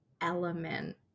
element